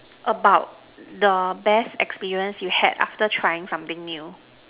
about the best experience you had after trying something new